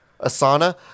Asana